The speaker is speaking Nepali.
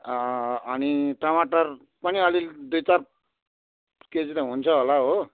अनि टमाटर पनि अलिक दुई चार केजी त हुन्छ होला हो